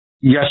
Yes